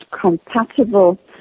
compatible